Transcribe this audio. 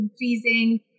increasing